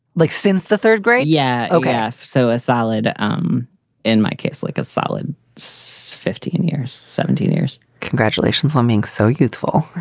like since the third grade. yeah. ok so a solid. um in my case, like a solid c fifteen years. seventeen years congratulations on being so youthful.